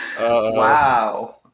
Wow